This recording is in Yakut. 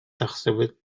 тахсыбыт